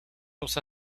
los